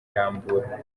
rambura